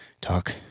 Talk